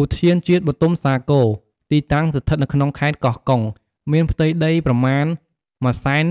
ឧទ្យានជាតិបុទុមសាគរ ទីតាំងស្ថិតនៅក្នុងខេត្តកោះកុង មានផ្ទៃដីប្រមាណ ១៧១,២៥